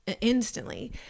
instantly